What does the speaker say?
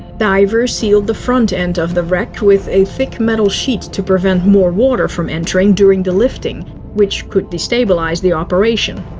divers sealed the front end of the wreck with a thick metal sheet to prevent more water from entering during the lifting which could destabilize the operation.